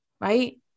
right